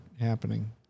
happening